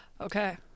Okay